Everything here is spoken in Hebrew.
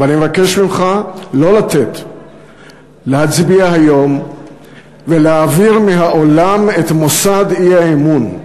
ואני מבקש ממך לא לתת להצביע היום ולהעביר מהעולם את מוסד האי-אמון.